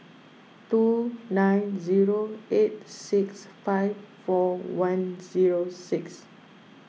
two nine zero eight six five four one zero six